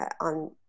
on